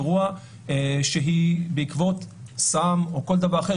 אירוע שבעקבות סם או כל דבר אחר,